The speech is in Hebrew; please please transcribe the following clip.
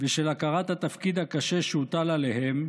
ושל הכרת התפקיד הקשה שהוטל עליהם,